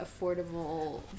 affordable